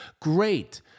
Great